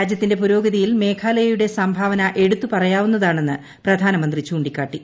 രാജ്യത്തിന്റെ പുരോഗതിയിൽ മേഘാലയയുടെ സംഭാവന എടുത്തു പറയാവുന്നതാണെന്ന് പ്രധാനമന്ത്രി ചൂണ്ടിക്കാട്ടി